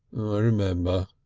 i remember.